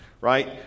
right